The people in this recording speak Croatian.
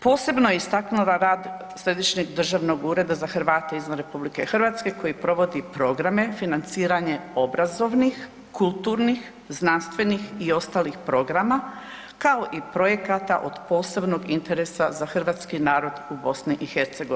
Posebno je istaknula rad Središnjeg državnog ureda za Hrvate izvan RH koji provodi programe, financiranje obrazovnih, kulturnih, znanstvenih i ostalih programa kao i projekata od posebnog interesa za hrvatski narod u BiH.